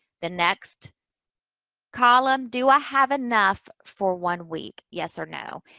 the next column, do i have enough for one week, yes or no?